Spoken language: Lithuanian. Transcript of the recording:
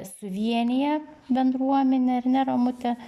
suvienija bendruomenę ar ne romute